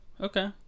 Okay